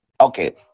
Okay